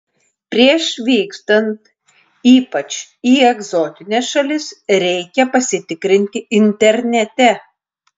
prieš vykstant ypač į egzotines šalis reikia pasitikrinti internete